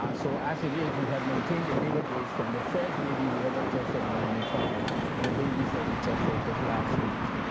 ah so, as it is, we have maintained the database from the first baby we ah tested in ninety five to the babies that we tested just last week.